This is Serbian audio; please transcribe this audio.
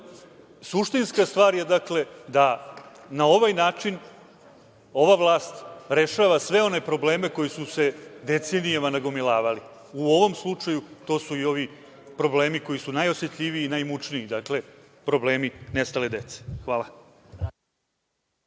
rešenje. Suštinska stvar je, dakle, da na ovaj način ova vlast rešava sve one probleme koji su se decenijama nagomilavali. U ovom slučaju, to su i ovi problemi, koji su najosetljiviji i najmučniji, dakle, problemi, nestale, dece. Hvala.